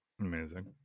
Amazing